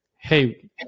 Hey